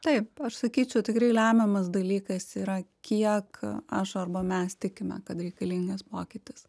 taip aš sakyčiau tikrai lemiamas dalykas yra kiek aš arba mes tikime kad reikalingas pokytis